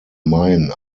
main